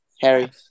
Harry